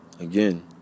again